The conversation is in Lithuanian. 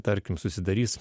tarkim susidarys